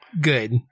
good